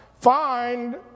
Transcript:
find